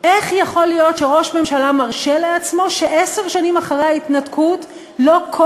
איך יכול להיות שראש ממשלה מרשה לעצמו שעשר שנים אחרי ההתנתקות לא כל